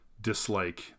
dislike